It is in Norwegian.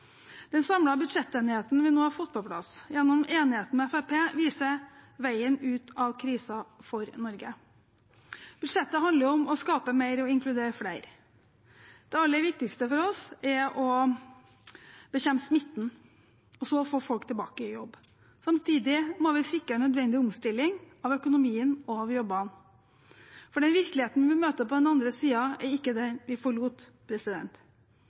Den samlede budsjettenigheten vi nå har fått på plass gjennom enigheten med Fremskrittspartiet, viser veien ut av krisen for Norge. Budsjettet handler om å skape mer og inkludere flere. Det aller viktigste for oss er å bekjempe smitten og så få folk tilbake i jobb. Samtidig må vi sikre nødvendig omstilling av økonomien og av jobbene, for den virkeligheten vi møter på den andre siden, er ikke den vi forlot.